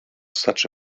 such